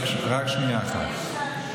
רק שנייה אחת.